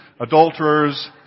adulterers